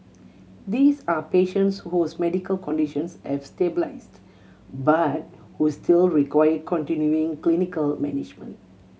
these are patients whose medical conditions have stabilised but who still require continuing clinical management